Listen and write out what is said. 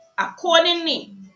Accordingly